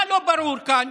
מה לא ברור כאן?